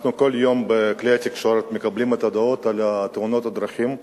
אנחנו מקבלים כל יום בכלי התקשורת הודעות על תאונות הדרכים,